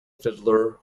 fiddler